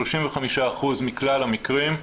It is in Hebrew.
35% מכלל המקרים,